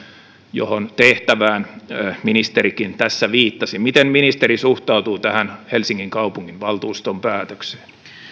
johon tehtävään ministerikin tässä viittasi miten ministeri suhtautuu tähän helsingin kaupunginvaltuuston päätökseen